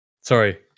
Sorry